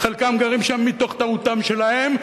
חלקם גרים שם מתוך טעותם שלהם,